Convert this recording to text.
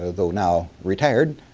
ah although now retired,